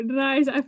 nice